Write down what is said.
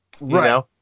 Right